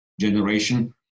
generation